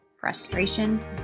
frustration